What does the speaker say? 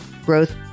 growth